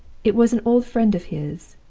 it was an old friend of his,